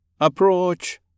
Approach